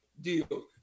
deal